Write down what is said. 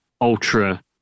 ultra